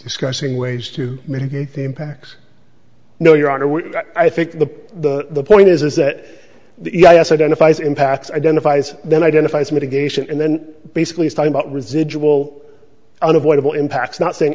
discussing ways to mitigate the impacts no your honor i think the the point is is that yes identifies impacts identifies then identifies mitigation and then basically is talking about residual unavoidable impacts not saying